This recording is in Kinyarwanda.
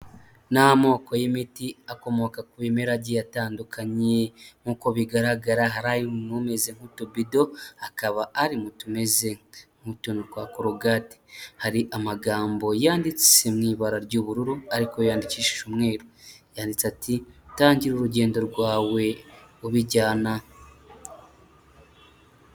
Ni amoko y'imiti akomoka ku bimera agiye atandukanye nk'uko bigaragara hari ameze nk'utubido, hakaba hari n'utumeze nk'utuntu twa korogati hari amagambo yanditse mu ibara ry'ubururu ariko yandikishije umweru yanditse ati tangira urugendo rwawe ubijyana.